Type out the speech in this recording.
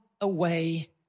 away